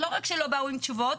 לא רק שלא באו עם תשובות,